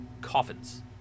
coffins